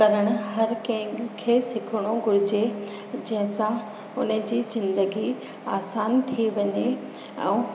करण हर कंहिं खे सिखिणो घुरिजे जंहिं सां हुनजी ज़िंदगी आसान थी वञे ऐं